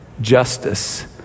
justice